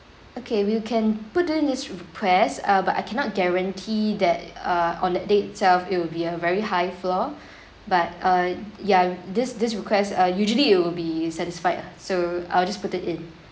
okay we can put it in this request uh but I cannot guarantee that err on that day itself it will be a very high floor but uh ya this this request uh usually it will be satisfied ah so I'll just put it in